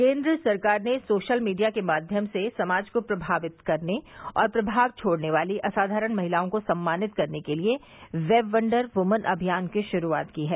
केन्द्र सरकार ने सोशल मीडिया के माध्यम से समाज को प्रभावित करने और प्रभाव छोड़ने वाली असाधारण महिलाओं को सम्मानित करने के लिए वेब वंडर व्मन अभियान की श्रूआत की है